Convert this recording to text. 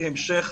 בהמשך